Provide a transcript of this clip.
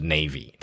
Navy